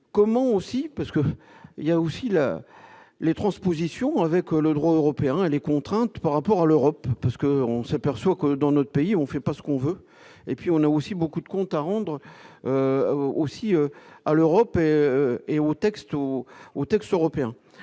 comment aussi parce que il y a aussi la les transpositions avec le droit européen et les contraintes par rapport à l'Europe parce que on s'aperçoit que dans notre pays, on fait pas ce qu'on veut et puis on a aussi beaucoup de comptes à rendre aussi à l'européenne et aux textos